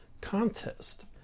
Contest